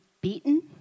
beaten